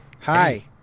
hi